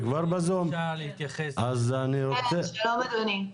שלום אדוני.